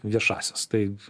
viešąsias tai